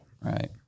Right